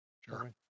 Sure